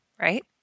right